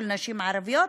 נשים ערביות,